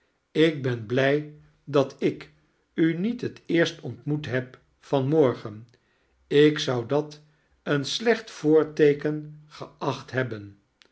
ik ben blij dat ik u niet het eerst ontmoet heb van moo-gen ik zou dat een sleoht voorteeken geacht hefoben